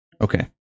okay